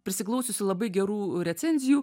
prisiklausiusi labai gerų recenzijų